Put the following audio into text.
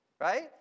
Right